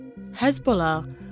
Hezbollah